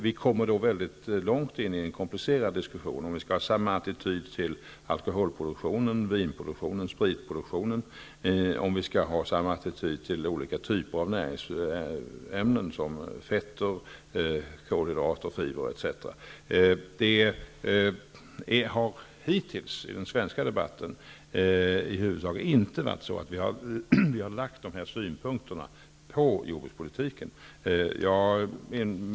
Vi kommer då långt in i en komplicerad diskussion, om vi skall ha samma attityd till alkoholproduktionen, vin och spritproduktionen, till olika typer av näringsämnen, som fetter, kolhydrater, fibrer etc. I den svenska debatten har vi hittills inte lagt de här synpunkterna på jordbrukspolitiken.